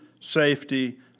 safety